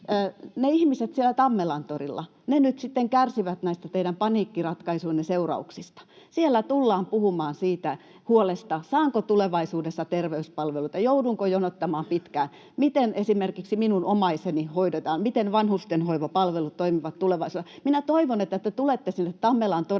nyt sitten kärsivät näistä teidän paniikkiratkaisujenne seurauksista. Siellä tullaan puhumaan siitä huolesta, saanko tulevaisuudessa terveyspalveluita, joudunko jonottamaan pitkään, miten esimerkiksi minun omaiseni hoidetaan, miten vanhustenhoivapalvelut toimivat tulevaisuudessa. Minä toivon, että te tulette sinne Tammelantorille